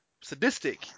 sadistic